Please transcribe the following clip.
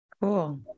Cool